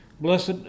Blessed